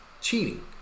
cheating